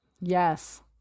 Yes